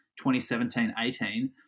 2017-18